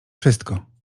wszystko